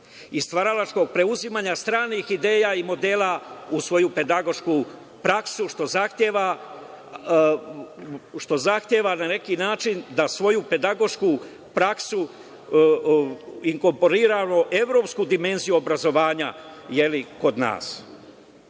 stvaralačkog preuzima stranih ideja i modela u svoju pedagošku praksu, što zahteva na neki način da svoju pedagošku praksu inkorporira evropsku dimenziju obrazovanja kod nas.U